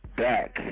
back